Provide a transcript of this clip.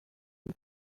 six